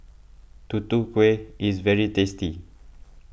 Tutu Kueh is very tasty